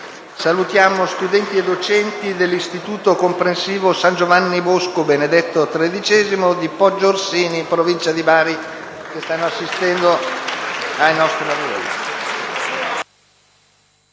saluto studenti e docenti dell'Istituto comprensivo «San Giovanni Bosco-Benedetto XIII» di Poggiorsini, in provincia di Bari, che stanno assistendo ai nostri lavori.